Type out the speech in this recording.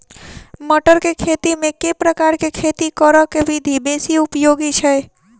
मटर केँ खेती मे केँ प्रकार केँ खेती करऽ केँ विधि बेसी उपयोगी छै?